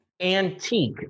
antique